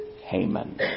Haman